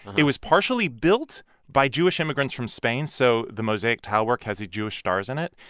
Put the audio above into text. it was partially built by jewish immigrants from spain, so the mosaic tilework has a jewish stars in it.